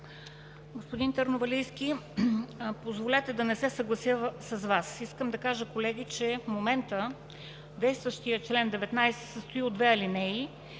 Господин Търновалийски, позволете да не се съглася с Вас. Искам да кажа, колеги, че в момента действащият чл. 19 се състои от две алинеи